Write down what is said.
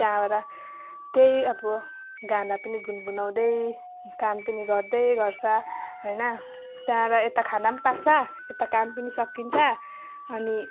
त्यहाँबाट त्यही अब गाना पनि गुनगुनाउँदै काम पनि गर्दै गर्छ होइन त्यहाँबाट यता खाना पनि पाक्छ यता काम पनि सकिन्छ अनि